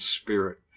spirit